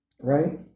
right